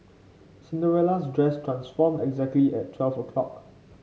Cinderella's dress transformed exactly at twelve o'clock